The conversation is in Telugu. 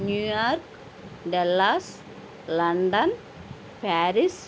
New York Dallas London Paris